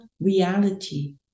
reality